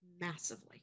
massively